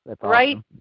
right